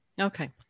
Okay